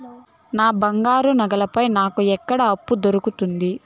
నా బంగారు నగల పైన నాకు ఎక్కడ అప్పు దొరుకుతుంది